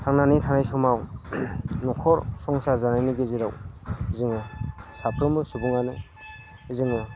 थांनानै थानाय समाव न'खर संसार जानायनि गेजेराव जोङो साफ्रोमबो सुबुङानो जोङो